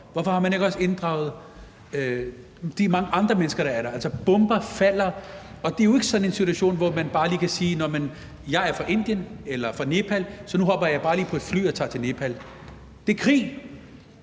Hvorfor har man ikke også inkluderet de mange andre mennesker, der er der? Altså, bomber falder. Og det er jo ikke sådan en situation, hvor man bare lige kan sige: Nå, men jeg fra Indien eller Nepal, så hopper jeg bare lige på et fly og tager til Nepal. Der er krig.